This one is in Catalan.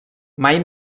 mai